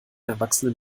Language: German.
erwachsenen